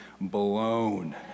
blown